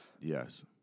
Yes